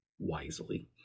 Wisely